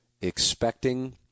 expecting